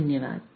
धन्यवाद